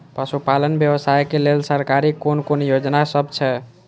पशु पालन व्यवसाय के लेल सरकारी कुन कुन योजना सब छै?